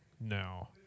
now